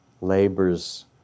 labors